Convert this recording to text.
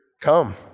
come